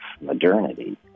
modernity